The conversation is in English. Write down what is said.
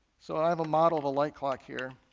so i have a model of a light clock here.